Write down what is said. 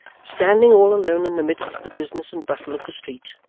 standing all alone in the midst of the business and bustle of the street,